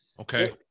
Okay